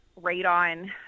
radon